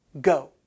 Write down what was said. go